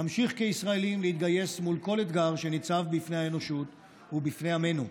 נמשיך כישראלים להתגייס מול כל אתגר שניצב בפני האנושות ובפני עמנו.